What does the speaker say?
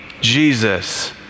Jesus